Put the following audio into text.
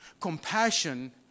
Compassion